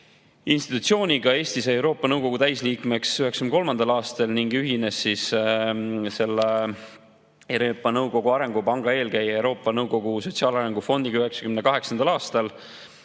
institutsiooniga. Eesti sai Euroopa Nõukogu täisliikmeks 1993. aastal ning ühines Euroopa Nõukogu Arengupanga eelkäija Euroopa Nõukogu Sotsiaalarengufondiga 1998. aastal.